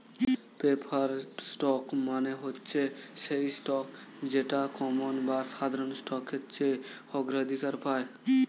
preferred stock মানে হচ্ছে সেই স্টক যেটা কমন বা সাধারণ স্টকের চেয়ে অগ্রাধিকার পায়